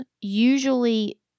usually